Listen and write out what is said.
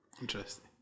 interesting